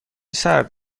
سرد